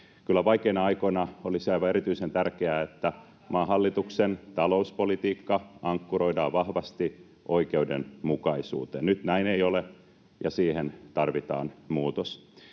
[Oikealta: Palkka nousee!] että maan hallituksen talouspolitiikka ankkuroidaan vahvasti oikeudenmukaisuuteen. Nyt näin ei ole, ja siihen tarvitaan muutos.